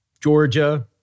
Georgia